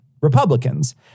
Republicans